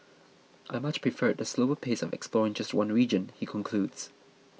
I much preferred the slower pace of exploring just one region he concludes